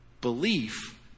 Belief